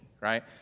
Right